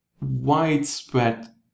widespread